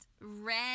red